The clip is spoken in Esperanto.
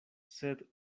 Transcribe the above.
sed